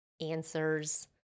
answers